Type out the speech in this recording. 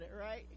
right